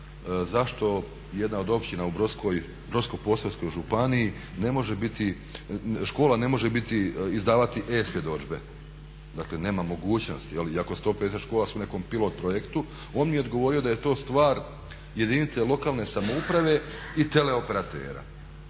zašto jedna od općina u Brodsko-posavskoj županiji škola ne može izdavati e-svjedodžbe, dakle nema mogućnosti, iako su 150 škola u nekom pilot projektu. On mi je odgovorio da je to stvar jedinice lokalne samouprave i teleoperatera.